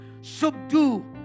Subdue